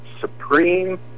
Supreme